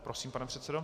Prosím, pane předsedo.